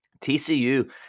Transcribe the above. TCU